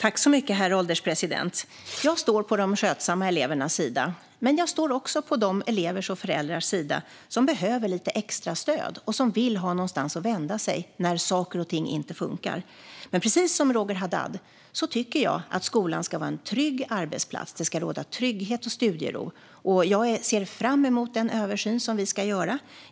Herr ålderspresident! Jag står på de skötsamma elevernas sida. Men jag står också på de elevers och föräldrars sida som behöver lite extra stöd och vill ha någonstans att vända sig när saker och ting inte funkar. Precis som Roger Haddad tycker jag att skolan ska vara en trygg arbetsplats. Det ska råda trygghet och studiero. Jag ser fram emot den översyn som vi ska göra.